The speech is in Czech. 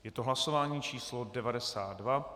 Je to hlasování číslo 92.